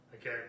Okay